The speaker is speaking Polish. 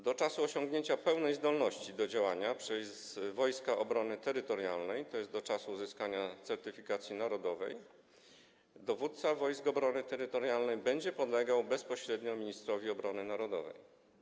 Do czasu osiągnięcia pełnej zdolności do działania przez Wojska Obrony Terytorialnej, tj. do czasu uzyskania certyfikacji narodowej, dowódca Wojsk Obrony Terytorialnej będzie podlegał bezpośrednio ministrowi obrony narodowej.